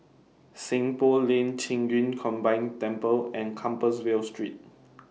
Seng Poh Lane Qing Yun Combined Temple and Compassvale Street